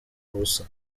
ubusa